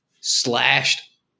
slashed